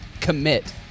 commit